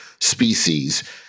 species